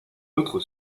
autre